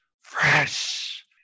Fresh